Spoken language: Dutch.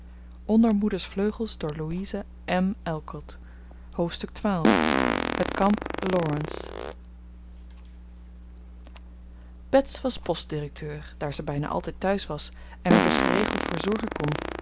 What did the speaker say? hoofdstuk xii het kamp laurance bets was postdirecteur daar ze bijna altijd thuis was en er dus geregeld voor zorgen kon